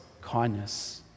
kindness